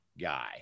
guy